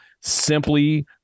simply